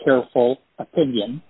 careful opinion